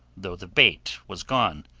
though the bait was gone.